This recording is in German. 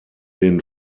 den